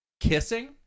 Kissing